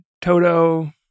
Toto